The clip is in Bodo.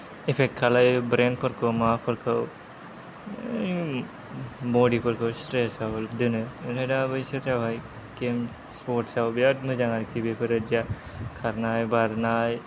एफेक्ट खालायो ब्रेनफोरखौ माबाफोरखौ बदिफोरखौ स्ट्रेसाव दोनो ओमफ्राय दा बैसोर जाबाय गेम्स स्पर्ट्साव बिराद मोजां आरोखि बेफोरबायदिया खारनाय बारनाय